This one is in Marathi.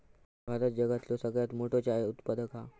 भारत जगातलो सगळ्यात मोठो चाय उत्पादक हा